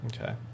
Okay